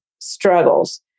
struggles